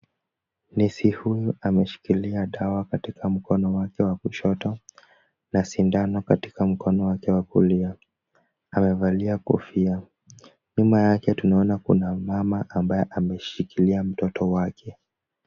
Nesi huyu ameshikilia dawa katika mkono wake wa kushoto na sindano katika mkono wake wa kulia. Amevalia kofia. Nyuma yake tunaona kuna mama ambay ameshikilia mtoto wake.